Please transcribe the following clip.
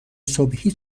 صبحی